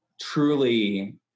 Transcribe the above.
truly